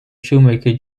shoemaker